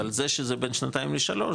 אבל זה שזה בין שנתיים לשלוש,